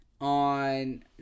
on